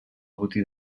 botí